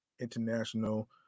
International